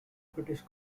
british